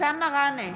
אבתיסאם מראענה,